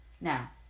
Now